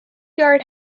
yard